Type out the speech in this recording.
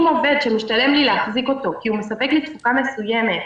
אם עובד שמשתלם לי להחזיק אותו כי היא מספק לי תפוקה מסוימת,